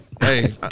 Hey